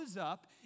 up